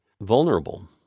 vulnerable